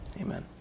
Amen